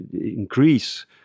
increase